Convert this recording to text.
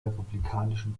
republikanischen